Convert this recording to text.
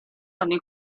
ogni